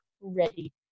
ready